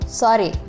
sorry